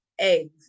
eggs